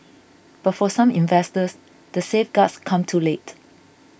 but for some investors the safeguards come too late